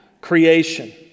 creation